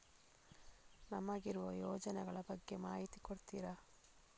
ನಮಗಿರುವ ಯೋಜನೆಗಳ ಬಗ್ಗೆ ಮಾಹಿತಿ ಕೊಡ್ತೀರಾ?